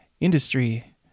industry